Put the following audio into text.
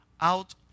out